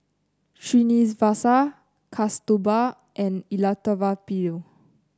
Srinivasa Kasturba and Elattuvalapil